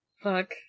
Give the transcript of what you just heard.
Fuck